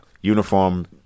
uniform